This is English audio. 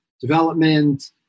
development